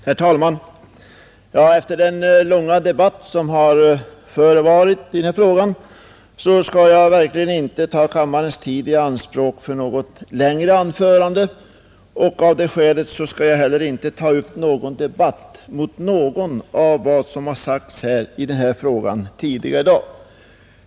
Herr talman! Efter den långa debatt som har förevarit i den här frågan skall jag verkligen inte ta kammarens tid i anspråk för något längre anförande, och av det skälet skall jag inte heller ta upp någon debatt om något av vad som har sagts tidigare i dag.